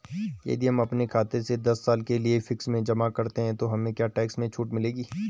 यदि हम अपने खाते से दस साल के लिए फिक्स में जमा करते हैं तो हमें क्या टैक्स में छूट मिलेगी?